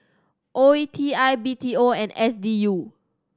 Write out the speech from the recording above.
O E T I B T O and S D U